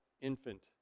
infant